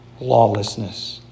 lawlessness